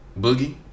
Boogie